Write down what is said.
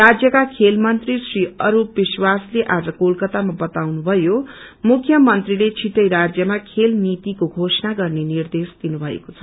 राज्यका खेल मन्त्री श्री अस्रप विश्वासले आज कोलकतामा बताउनुभयो मुख्यमन्त्रीले छिठै राज्यमा खेल नीतिको घोषणा गर्ने निर्देश दिनुषएको छ